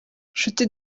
nshuti